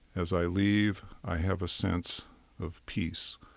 as i leave, i have a sense of peace.